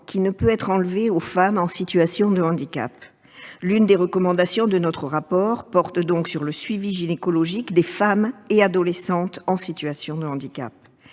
qui ne peut être enlevé aux femmes en situation de handicap. L'une des recommandations de notre rapport porte donc sur le suivi gynécologique des femmes et adolescentes en situation de handicap